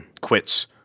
quits